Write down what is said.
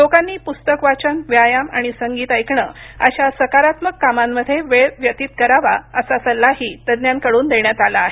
लोकांनी पुस्तक वाचन व्यायाम आणि संगीत ऐकणे अशा सकारात्मक कामांमध्ये वेळ व्यतीत करावा असा सल्लाही तज्ञांकडून देण्यात आला आहे